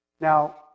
Now